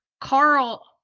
Carl